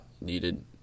needed